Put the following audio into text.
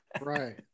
Right